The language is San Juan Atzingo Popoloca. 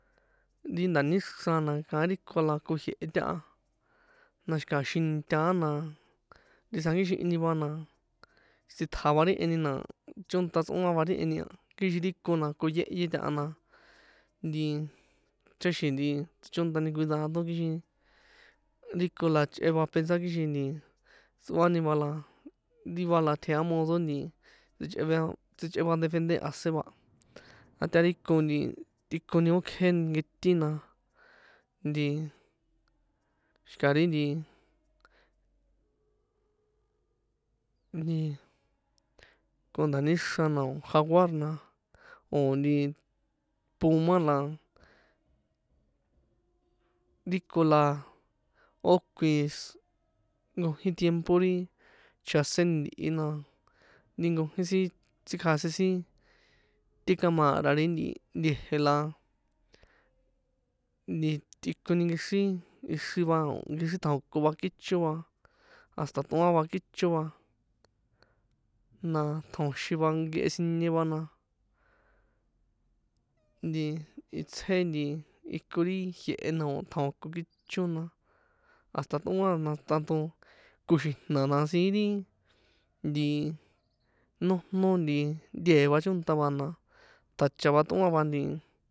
Ri kondaníxra na, kaín ri ko a la ko jie̱he taha, na xi̱ka xinta a na ti tsankixihini va na tsitja va ri e ni na chónṭa tsꞌoan va ri e ni a, kixin ri ko a na ko yehyé taha, na nti ticháxi̱n nti tsochontani cuidado kixin ri ko la chꞌe va pensar kixin nti tsꞌoani va, la ri va la tjea modo nti sichꞌe va sichꞌe va defender a̱sén va, na tari ko nti tꞌikoni okje nketi, na nti xi̱kari nti, nti konda̱níxra na, o̱ jaguar na, o̱ nti puma na, ri ko la ó kui ss nkojin tiempo ri chjaseni ntihi, na ti nkojín sin tsikjasin sin ti cámara ri nti nte̱je̱, la nti tꞌikoni nkexri ixri va, o̱ kexrí tjaoko va kicho va hasta tꞌoan va kicho va, na tjaonxin va kehe siñe va, na nti itsjé nti iko ri jie̱he̱ na o̱ tjao̱ko kicho na hasta tꞌoan, na tanto koxi̱jna na siín ri nti nojno nti ntee va chónta va, na tjacha va tꞌoan va nti.